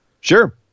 Sure